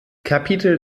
kapitel